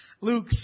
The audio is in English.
Luke